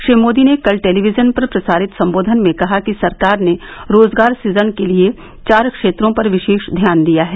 श्री मोदी ने कल टेलीविजन पर प्रसारित संबोधन में कहा कि सरकार ने रोजगार सुजन के लिए चार क्षेत्रों पर विशेष ध्यान दिया है